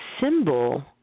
symbol